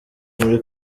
muri